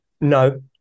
No